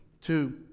Two